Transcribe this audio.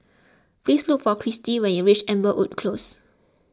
please look for Christi when you reach Amberwood Close